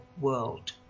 world